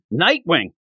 Nightwing